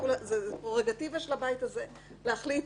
זו פררוגטיבה של הבית הזה להחליט.